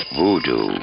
Voodoo